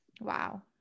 Wow